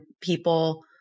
people